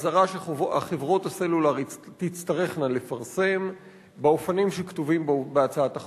אזהרה שחברות הסלולר תצטרכנה לפרסם באופנים שכתובים בהצעת החוק.